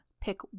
pick